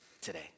Today